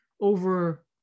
over